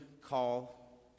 Call